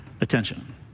attention